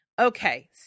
Okay